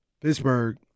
Pittsburgh